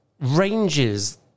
ranges